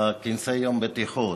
בכנסי יום בטיחות.